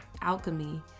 alchemy